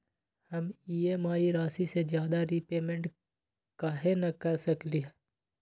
हम ई.एम.आई राशि से ज्यादा रीपेमेंट कहे न कर सकलि ह?